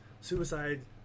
suicide